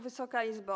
Wysoka Izbo!